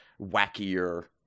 wackier